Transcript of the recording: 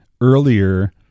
earlier